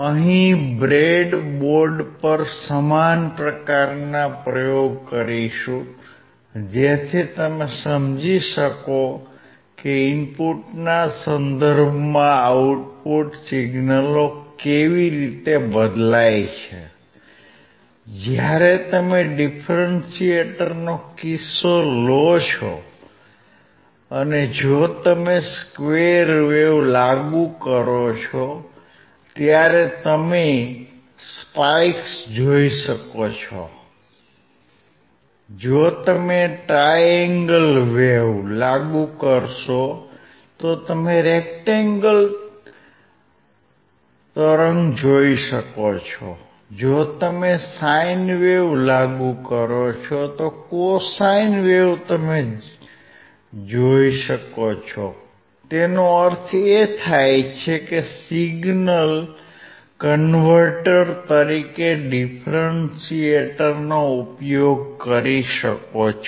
અહિ બ્રેડબોર્ડ પર સમાન પ્રકારના પ્રયોગ કરીશું જેથી તમે સમજી શકો કે ઇનપુટના સંદર્ભમાં આઉટપુટ સિગ્નલો કેવી રીતે બદલાય છે જ્યારે તમે ડિફરન્શિએટરનો કિસ્સો લો છો અને જો તમે સ્કવેર વેવ લાગુ કરો છો ત્યારે તમે સ્પાઇક્સ જોઈ શકશો જો તમે ટ્રાય એંગલ વેવ લાગુ કરશો તો તમે રેક્ટેંગલ તરંગ જોઈ શકો છો જો તમે સાઇન વેવ લાગુ કરો તો તમે કોસાઇન વેવ જોઈ શકો છો તેનો અર્થ એ છે કે તમે સિગ્નલ કન્વર્ટર તરીકે ડીફરેન્શીએટરનો ઉપયોગ કરી શકો છો